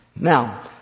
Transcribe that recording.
now